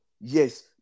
Yes